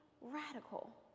radical